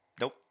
Nope